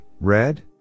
red